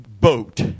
boat